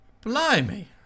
Blimey